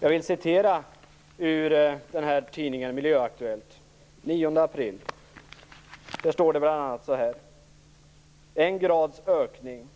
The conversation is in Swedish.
Jag vill citera ur Miljöaktuellt den 9 april, där det om medeltemperaturen i Södra ishavet bl.a. anförs: "- En grads ökning